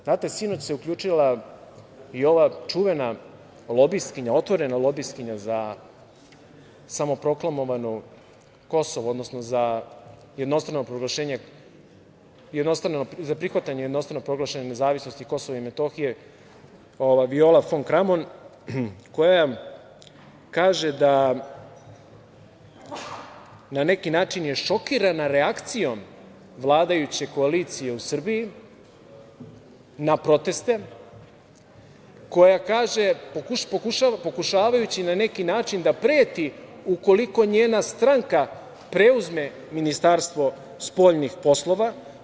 Znate, sinoć se uključila i ova čuvena lobistkinja, otvorena lobistkinja za samoproklamovano Kosovo, odnosno za prihvatanje jednostrano proglašene nezavisnosti Kosova i Metohije, Viola fon Kramon, koja kaže da je na neki način šokirana reakcijom vladajuće koalicije u Srbiji na proteste, pokušavajući na neki način da preti ukoliko njena stranka preuzme Ministarstvo spoljnih poslova.